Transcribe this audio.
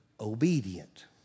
obedient